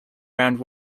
round